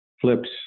flips